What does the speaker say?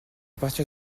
partir